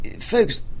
Folks